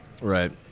Right